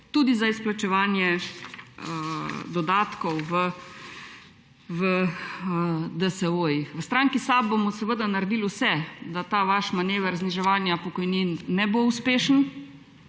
denar za izplačevanje dodatkov v DSO-jih. V stranki SAB bomo seveda naredili vse, da ta vaš manever zniževanja pokojnin ne bo uspešen.